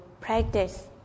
practice